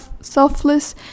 selfless